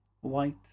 white